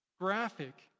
graphic